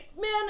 man